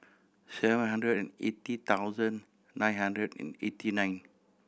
seven hundred and eighty thousand nine hundred and eighty nine